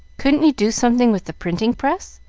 couldn't you do something with the printing-press?